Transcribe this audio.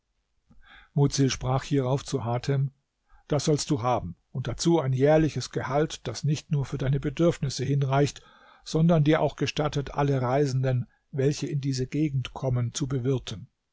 mudsil sprach hierauf zu hatem das sollst du haben und dazu ein jährliches gehalt das nicht nur für deine bedürfnisse hinreicht sondern dir auch gestattet alle reisenden welche in diese gegend kommen zu bewirten